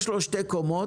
יש לו שתי קומות